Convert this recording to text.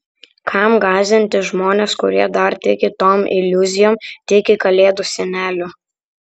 kam gąsdinti žmones kurie dar tiki tom iliuzijom tiki kalėdų seneliu